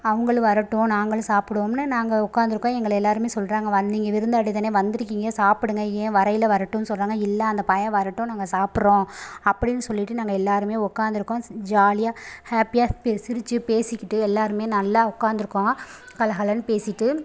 அவங்களு வரட்டும் நாங்கள் சாப்பிடுவோம்னு நாங்கள் உட்கார்ந்து இருக்கோம் எங்களை எல்லோருமே சொல்கிறாங்க வந்து நீங்கள் விருந்தாடிங்க தான வந்து இருக்கீங்க சாப்பிடுங்க ஏன் வரையில் வரட்டுனு சொல்கிறாங்க இல்லை அந்த பையன் வரட்டு நாங்கள் சாப்பிறோ அப்படின்னு சொல்லிகிட்டு நாங்கள் எல்லோருமே உக்கார்ந்து இருக்கோம் ஜ ஜாலியாக ஹாப்பியாக பே சிரித்து பேசிட்டு எல்லோருமே நல்லா உட்காந்து இருக்கோம் கல கலன்னு பேசிகிட்டு